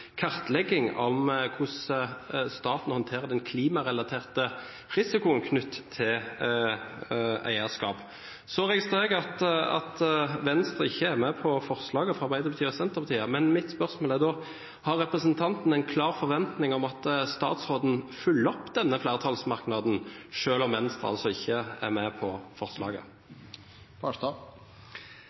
kartlegging av hvordan staten håndterer den klimarelaterte risikoen knyttet til eierskap. Så registrerer jeg at Venstre ikke er med på forslaget fra Arbeiderpartiet og Senterpartiet, og mitt spørsmål er da: Har representanten Farstad en klar forventning om at statsråden følger opp denne flertallsmerknaden, selv om Venstre altså ikke er med på forslaget?